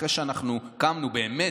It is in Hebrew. אחרי שבאמת,